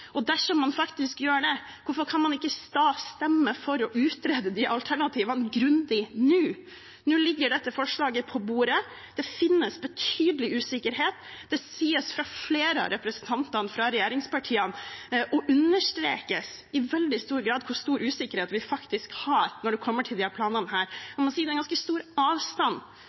Og dersom man faktisk gjør det, hvorfor kan man ikke da stemme for å utrede disse alternativene grundig nå? Nå ligger dette forslaget på bordet. Det er betydelig usikkerhet. Det sies fra flere av representantene fra regjeringspartiene og understrekes i veldig stor grad hvor stor usikkerhet det faktisk er når det kommer til disse planene. Jeg må si det er ganske stor avstand